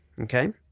Okay